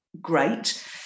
great